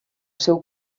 seu